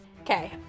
Okay